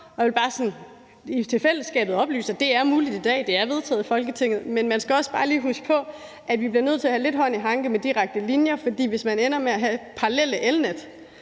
Jeg vil bare sådan til fællesskabet oplyse, at det er muligt i dag. Det er vedtaget i Folketinget, men man skal også bare lige huske på, at vi bliver nødt til at have lidt hånd i hanke med direkte linjer, for hvis man ender med at have parallelle elnet,